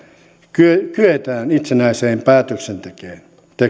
kyetään kyetään itsenäiseen päätöksentekoon